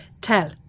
tell